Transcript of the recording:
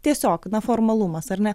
tiesiog na formalumas ar ne